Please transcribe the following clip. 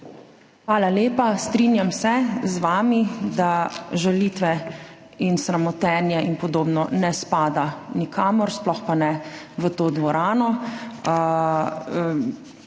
Hvala lepa. Strinjam se z vami, da žalitve in sramotenje in podobno ne spada nikamor, sploh pa ne v to dvorano.